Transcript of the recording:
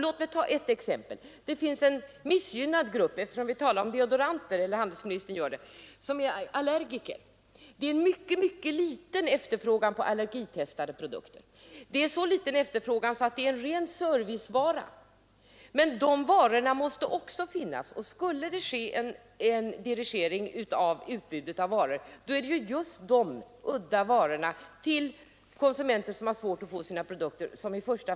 Låt mig ta ett exempel, eftersom handelsministern talar om deodoranter. Det finns en missgynnad grupp människor, nämligen allergiker. Efterfrågan på allergitestade produkter är emellertid så liten att de är rena servicevaror. Men de varorna måste också finnas, och skulle det bli en dirigering av utbudet av varor, så bortfaller nog i första hand just de udda varorna till konsumenter som har svårt att få tag i de produkter de behöver.